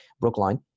Brookline